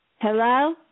Hello